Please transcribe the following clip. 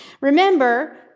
remember